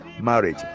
marriage